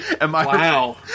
Wow